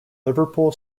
liverpool